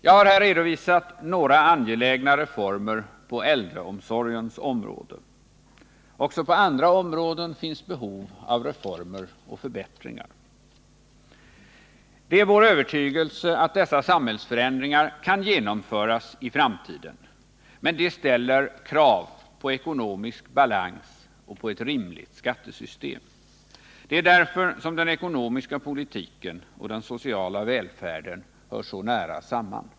Jag har här redovisat några angelägna reformer på äldreomsorgens område. Också på andra områden finns behov av reformer och förbättringar. Det är vår övertygelse att dessa samhällsförändringar kan genomföras i framtiden, men det ställer krav på ekonomisk balans och på ett rimligt skattesystem. Det är därför som den ekonomiska politiken och den sociala välfärden hör så nära samman.